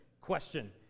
question